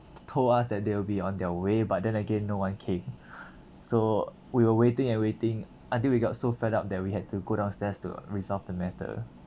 told us that they'll be on their way but then again no one came so we were waiting and waiting until we got so fed up that we had to go downstairs to resolve the matter